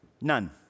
None